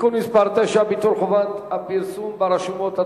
(תיקון מס' 9) (ביטול חובת הפרסום ברשומות),